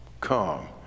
come